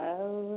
ଆଉ